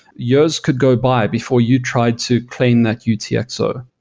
years could go by before you try to claim that utxo.